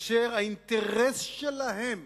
אשר האינטרס שלהם